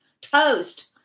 toast